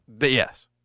Yes